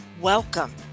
Welcome